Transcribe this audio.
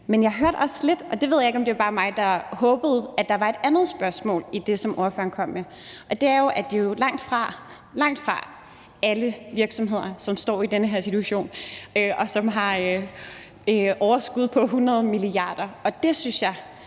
Men jeg hørte også lidt – og jeg ved ikke, om det bare var mig, der håbede det – at der var et andet spørgsmål i det, som ordføreren kom med. Og det er jo, at det er langtfra – langtfra – alle virksomheder, som står i den her situation, og som har overskud på 100 mia. kr. Og nu er